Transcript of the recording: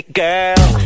girl